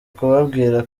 kubabwira